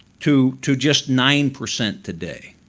to to just nine percent today.